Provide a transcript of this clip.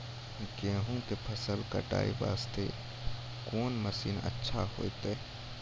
गेहूँ के फसल कटाई वास्ते कोंन मसीन अच्छा होइतै?